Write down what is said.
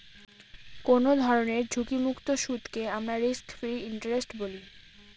কোনো ধরনের ঝুঁকিমুক্ত সুদকে আমরা রিস্ক ফ্রি ইন্টারেস্ট বলি